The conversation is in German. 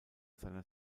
seiner